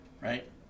right